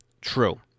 true